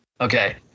Okay